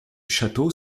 château